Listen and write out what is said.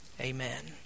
Amen